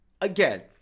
again—